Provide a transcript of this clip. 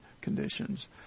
conditions